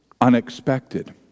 unexpected